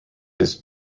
his